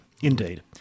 Indeed